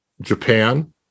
Japan